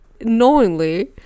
Knowingly